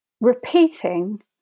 repeating